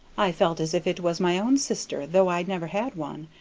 i felt as if it was my own sister, though i never had one,